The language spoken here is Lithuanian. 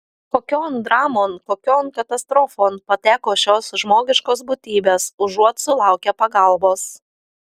kokion dramon kokion katastrofon pateko šios žmogiškos būtybės užuot sulaukę pagalbos